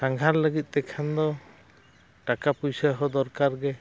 ᱥᱟᱸᱜᱷᱟᱨ ᱞᱟᱹᱜᱤᱫ ᱛᱮᱠᱷᱟᱱ ᱫᱚ ᱴᱟᱠᱟ ᱯᱩᱭᱥᱟᱹ ᱦᱚᱸ ᱫᱚᱨᱠᱟᱨ ᱜᱮ